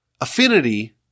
affinity